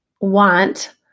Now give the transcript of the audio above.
want